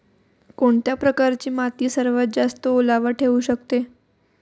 कोणत्या प्रकारची माती सर्वात जास्त ओलावा ठेवू शकते?